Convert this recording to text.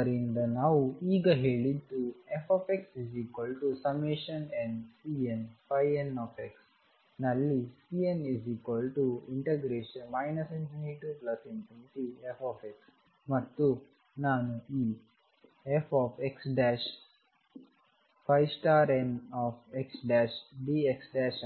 ಆದ್ದರಿಂದ ನಾವು ಈಗ ಹೇಳಿದ್ದು fxnCnn ನಲ್ಲಿCn ∞f ಮತ್ತು ನಾನು ಈ fxnxdx